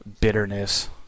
bitterness